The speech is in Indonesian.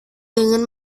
ingin